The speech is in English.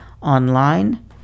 online